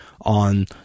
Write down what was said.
on